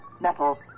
metal